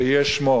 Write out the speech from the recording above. שיהיה שמו.